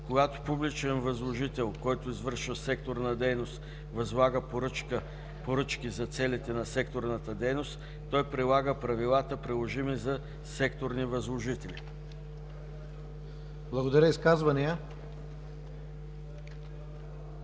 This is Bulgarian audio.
Когато публичен възложител, който извършва секторна дейност, възлага поръчки за целите на секторната дейност, той прилага правилата, приложими за секторни възложители.” ПРЕДСЕДАТЕЛ